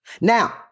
Now